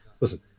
listen